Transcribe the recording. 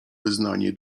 wyznanie